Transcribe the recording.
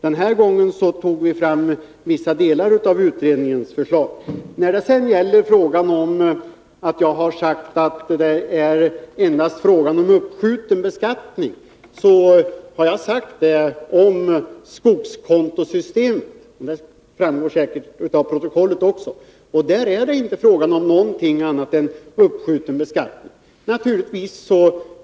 Den här gången har vi tagit fasta på vissa delar i utredningens förslag. När det sedan gäller mitt uttalande om att det endast är fråga om uppskjuten beskattning vill jag säga att jag därmed avsåg skogskontosystemet, och det kommer säkerligen att framgå av protokollet. I det sammanhanget är det inte fråga om något annat än uppskjutande av beskattningen.